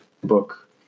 book